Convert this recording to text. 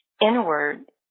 inward